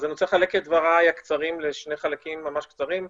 אני רוצה לחלק את דבריי לשני חלקים קצרים.